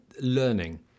learning